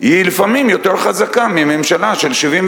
היא לפעמים יותר חזקה מממשלה של 74